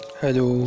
Hello